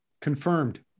confirmed